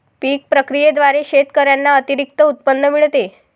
पीक प्रक्रियेद्वारे शेतकऱ्यांना अतिरिक्त उत्पन्न मिळते